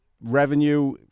revenue